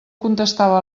contestava